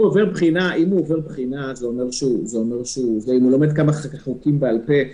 עובר בחינה ולומד כמה חוקים בעל פה,